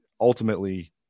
ultimately